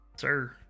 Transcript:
sir